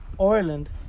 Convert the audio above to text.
Ireland